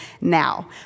now